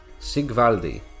Sigvaldi